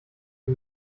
die